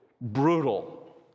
brutal